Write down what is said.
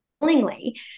willingly